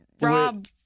Rob